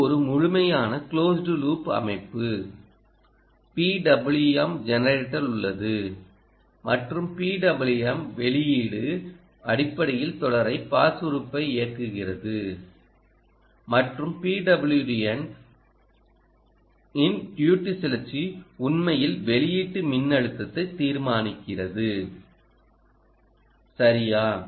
இது ஒரு முழுமையான க்ளோஸ்டு லூப் அமைப்பு PWM ஜெனரேட்டர் உள்ளது மற்றும் PWM வெளியீடு அடிப்படையில் தொடரை பாஸ் உறுப்பை இயக்குகிறது மற்றும் PWM இன் டியூடி சுழற்சி உண்மையில் வெளியீட்டு மின்னழுத்தத்தை தீர்மானிக்கிறது சரியா